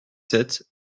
sept